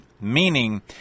meaning